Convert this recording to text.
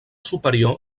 superior